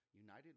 United